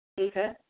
Okay